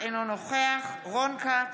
אינו נוכח רון כץ,